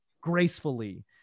gracefully